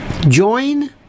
Join